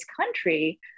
country